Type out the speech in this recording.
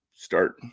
Start